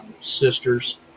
Sisters